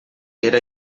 era